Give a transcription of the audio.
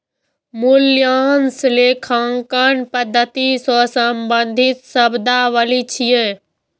मूल्यह्रास लेखांकन पद्धति सं संबंधित शब्दावली छियै